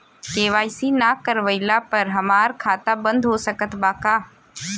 KYC ना करवाइला पर हमार खाता बंद हो सकत बा का?